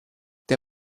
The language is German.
der